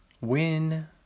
win